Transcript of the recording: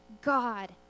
God